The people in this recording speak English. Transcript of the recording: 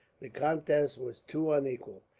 the contest was too unequal.